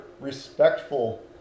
respectful